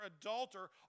adulterer